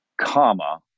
comma